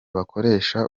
bakoresha